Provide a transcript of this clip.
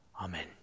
Amen